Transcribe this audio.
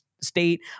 State